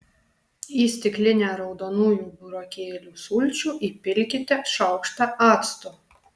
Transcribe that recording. į stiklinę raudonųjų burokėlių sulčių įpilkite šaukštą acto